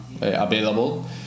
available